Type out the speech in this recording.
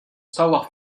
savoir